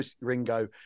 Ringo